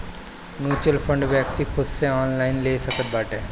mutual fund व्यक्ति खुद से ऑनलाइन ले सकत बाटे